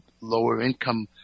lower-income